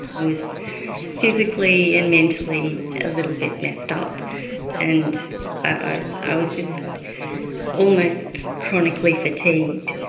i was physically and mentally a little bit messed up and i i was just almost chronically fatigued,